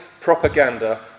propaganda